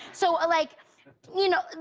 so like you know,